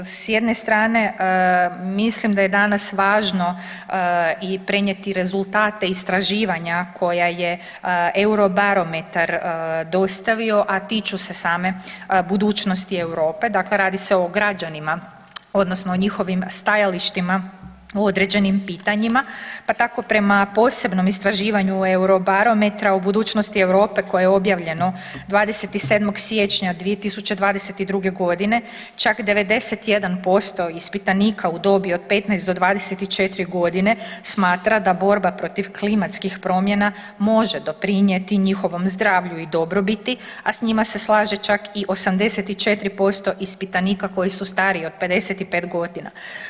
S jedne strane mislim da je danas važno i prenijeti rezultate istraživanja koja je Eurobarometar dostavio, a tiču se same budućnosti Europe, dakle radi se o građanima odnosno o njihovim stajalištima o određenim pitanjima, pa tako prema posebnom istraživanju Eurobarometra o budućnosti Europe koje je objavljeno 27. siječnja 2022.g. čak 91% ispitanika u dobi od 15 do 24.g. smatra da borba protiv klimatskih promjena može doprinjeti njihovom zdravlju i dobrobiti, a s njima se slaže čak i 84% ispitanika koji su stariji od 55.g.